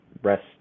rest